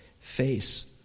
face